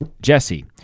Jesse